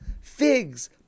Figs